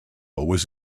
was